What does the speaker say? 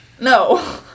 No